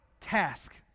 task